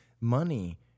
money